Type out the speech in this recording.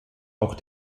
auch